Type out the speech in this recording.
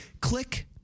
click